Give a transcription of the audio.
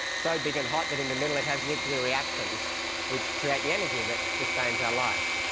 so big and hot that in the middle it has nuclear reactions which create the energy that sustains our life.